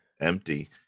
empty